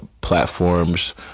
platforms